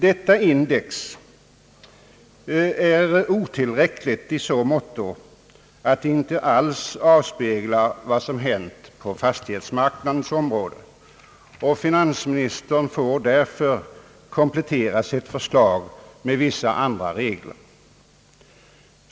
Detta index är otillräckligt i så måtto, att det inte alls avspeglar vad som har hänt på fastighetsmarknadens område, och finansministern får därför komplettera sitt förslag med vissa andra regler.